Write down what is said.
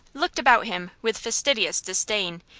looked about him with fastidious disdain,